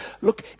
Look